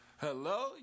Hello